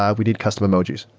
um we need custom emojis.